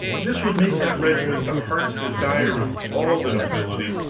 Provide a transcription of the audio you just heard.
this would make that regiment the heart's desire of all the nobility,